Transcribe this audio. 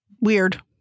weird